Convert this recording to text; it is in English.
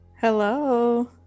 Hello